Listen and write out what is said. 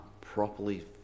properly